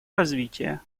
развития